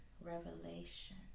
revelation